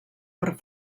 per